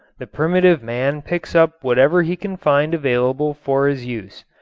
the primitive man picks up whatever he can find available for his use.